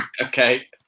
Okay